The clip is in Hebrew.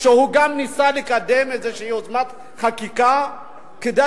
שגם הוא ניסה לקדם איזושהי יוזמת חקיקה כדי